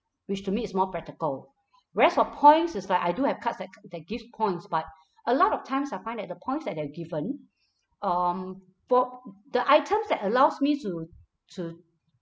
which to me is more practical whereas for points is like I do have cards that that gives points but a lot of times I find that the points that they're given um for the items that allows me to to